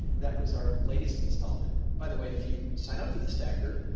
that was our latest installment. by the way, if you sign up for the stacker,